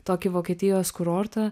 tokį vokietijos kurortą